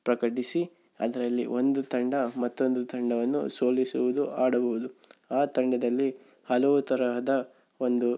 ಪ್ರಕಟಿಸಿ ಅದರಲ್ಲಿ ಒಂದು ತಂಡ ಮತ್ತೊಂದು ತಂಡವನ್ನು ಸೋಲಿಸುವುದು ಆಡುವುದು ಆ ತಂಡದಲ್ಲಿ ಹಲವು ತರಹದ ಒಂದು